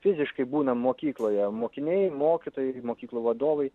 fiziškai būna mokykloje mokiniai mokytojai mokyklų vadovai